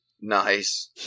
Nice